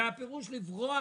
זה הפירוש לברוח